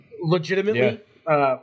legitimately